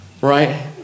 right